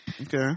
Okay